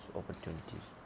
opportunities